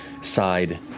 side